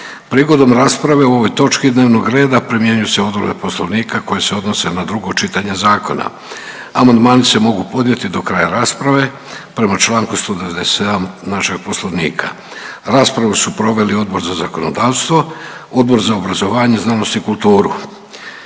Prigodom rasprave o ovoj točki dnevnog reda primjenjuju se odredbe Poslovnika koje se odnose na drugo čitanje zakona. Amandmani se mogu podnijeti do kraja rasprave. Raspravu su proveli Odbor za zakonodavstvo, Odbor za zdravstvo i socijalnu